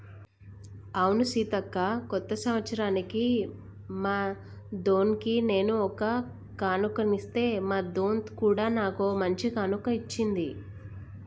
అవును సీతక్క కొత్త సంవత్సరానికి మా దొన్కి నేను ఒక కానుక ఇస్తే మా దొంత్ కూడా నాకు ఓ మంచి కానుక ఇచ్చింది